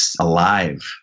alive